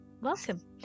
Welcome